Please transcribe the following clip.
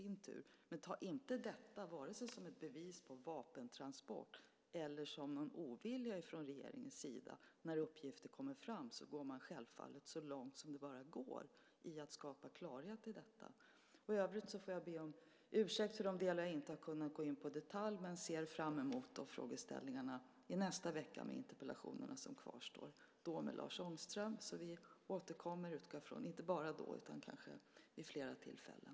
Men ta inte detta som ett bevis på vare sig transporter eller ovilja från regeringens sida. När uppgifter kommer fram går man självfallet så långt som det bara går för att skapa klarhet. Jag får be om ursäkt för att jag inte har kunnat kommentera vissa delar i detalj, men jag ser fram emot frågeställningarna i nästa vecka i de interpellationer som kvarstår, då med Lars Ångström. Vi återkommer, inte bara då utan kanske vid flera tillfällen.